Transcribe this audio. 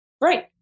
Right